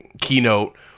keynote